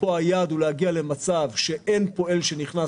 ופה היעד הוא להגיע למצב שאין פועל שנכנס